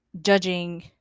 judging